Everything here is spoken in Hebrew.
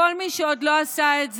כל מי שעוד לא עשה את זה,